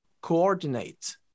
coordinate